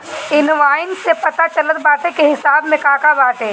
invoice से पता चलत बाटे की हिसाब में का का बाटे